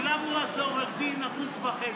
שילמנו אז לעורך דין 1.5%,